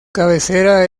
cabecera